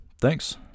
Thanks